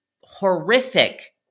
horrific